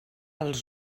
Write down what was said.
els